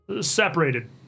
separated